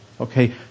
Okay